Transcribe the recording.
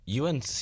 UNC